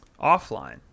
offline